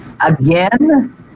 Again